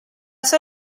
sua